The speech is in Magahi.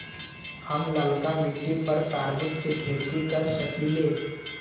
हम लालका मिट्टी पर तरबूज के खेती कर सकीले?